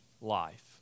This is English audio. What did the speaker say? life